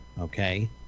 okay